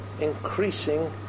increasing